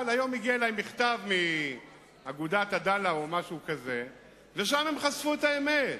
היום הגיע אלי מכתב מאגודת "עדאלה" ושם הם חשפו את האמת.